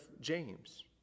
James